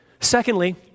Secondly